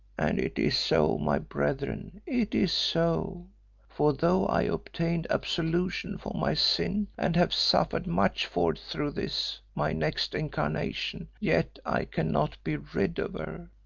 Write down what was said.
and it is so, my brethren, it is so for though i obtained absolution for my sin and have suffered much for it through this, my next incarnation, yet i cannot be rid of her,